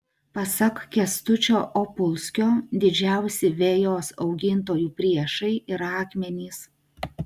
pasak kęstučio opulskio didžiausi vejos augintojų priešai yra akmenys